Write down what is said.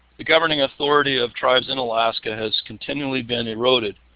the governing authority of tribes in alaska has continually been eroded.